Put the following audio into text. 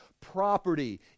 property